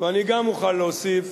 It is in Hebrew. ואני גם אוכל להוסיף,